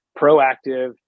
proactive